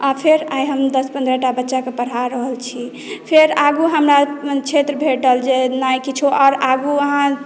आइ फेर हम दस पन्द्रह टा बच्चाकेँ पढ़ा रहल छी फेर आगूओ हमरा क्षेत्र भेटल जेना किछु आगू अहाँ